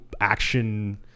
action